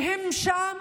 שהם שם